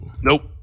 Nope